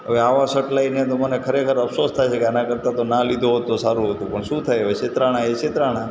અવે આવા સર્ટ લઇને તો મને ખરેખર અફસોસ થાય છે કે આનાં કરતા તો ના લીધો હોત તો સારું હતું પણ શું થાય હવે છેતરાયા એ છેતરાયા